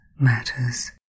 matters